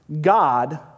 God